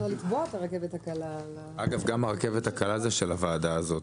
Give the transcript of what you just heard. גם הרכבת הקלה זה של הוועדה הזאת,